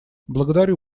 благодарю